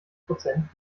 prozent